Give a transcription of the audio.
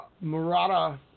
Murata